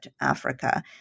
Africa